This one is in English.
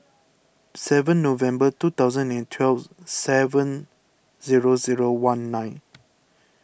seven November two thousand and twelve seven zero zero one nine